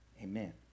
Amen